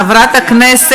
אדוני,